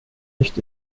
nicht